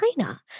China